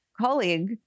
colleague